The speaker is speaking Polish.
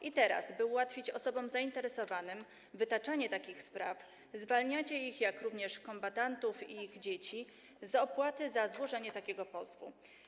I teraz, by ułatwić osobom zainteresowanym wytaczanie takich spraw, zwalniacie je, jak również kombatantów i ich dzieci, z opłaty za złożenie takiego pozwu.